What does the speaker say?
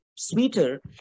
sweeter